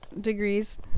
degrees